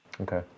Okay